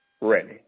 ready